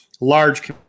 large